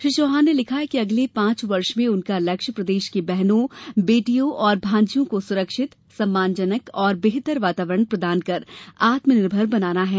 श्री चौहान ने लिखा है कि अगले पांच वर्ष में उनका लक्ष्य प्रदेश की बहनों बेटियों और भांजियों को सुरक्षित सम्मानजनक और बेहतर वातावरण प्रदान कर आत्मनिर्भर बनाना है